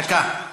דקה.